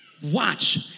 Watch